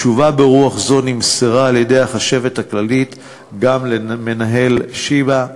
תשובה ברוח זו נמסרה על-ידי החשבת הכללית גם למנהל בית-החולים שיבא.